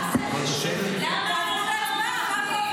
למה לא עוברים להצבעה?